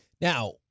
Now